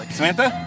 Samantha